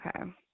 okay